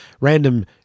random